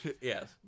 Yes